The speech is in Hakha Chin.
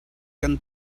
kan